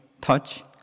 touch